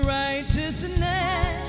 righteousness